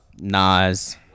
Nas